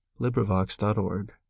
LibriVox.org